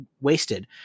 wasted